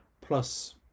plus